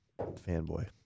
fanboy